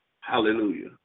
Hallelujah